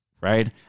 right